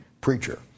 preacher